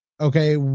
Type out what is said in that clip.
Okay